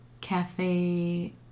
Cafe